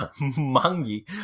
Monkey